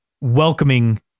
welcoming